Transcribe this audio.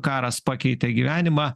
karas pakeitė gyvenimą